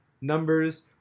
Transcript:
numbers